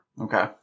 Okay